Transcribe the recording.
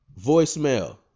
Voicemail